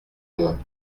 loin